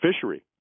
fishery